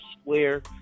square